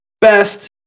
best